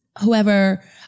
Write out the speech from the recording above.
Whoever